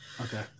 Okay